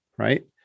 right